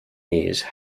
these